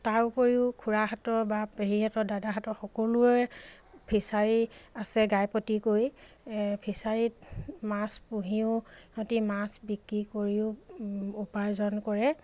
তাৰ উপৰিও খুৰাহঁতৰ বা পেহীহঁতৰ দাদাহঁতৰ সকলোৰে ফিছাৰী আছে গাইপতিকৈ ফিছাৰীত মাছ পুহিও সিহঁতি মাছ বিক্ৰী কৰিও উপাৰ্জন কৰে